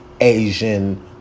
Asian